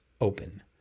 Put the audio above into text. open